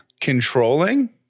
Controlling